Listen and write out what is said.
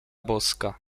boska